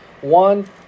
One